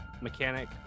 mechanic